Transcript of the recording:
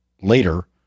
later